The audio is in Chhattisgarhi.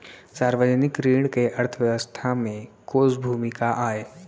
सार्वजनिक ऋण के अर्थव्यवस्था में कोस भूमिका आय?